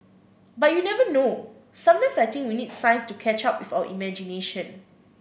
but you never know sometimes I think we need science to catch up with our imagination